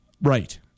Right